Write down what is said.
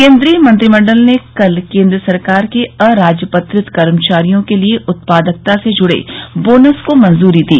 केन्द्रीय मंत्रिमंडल ने कल केन्द्र सरकार के अराजपत्रित कर्मचारियों के लिए उत्पादकता से जुड़े बोनस को मंजूरी दी